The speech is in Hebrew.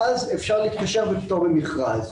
אז אפשר להתקשר בפטור ממכרז.